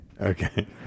Okay